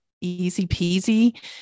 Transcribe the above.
easy-peasy